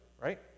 right